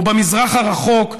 או במזרח הרחוק,